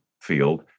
field